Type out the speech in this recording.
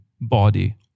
body